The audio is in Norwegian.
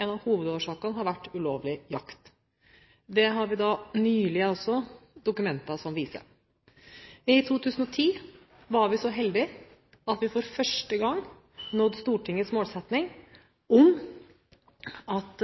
en av hovedårsakene til død blant ulv i Skandinavia. Det har vi nylige dokumenter som viser. I 2010 var vi så heldige at vi for første gang nådde Stortingets målsetting om at